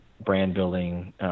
brand-building